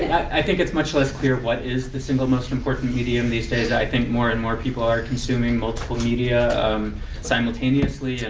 i think it's much less clear what is the single most important medium these days. i think more and more people are consuming multiple media um simultaneously. and